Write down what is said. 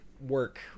work